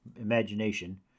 imagination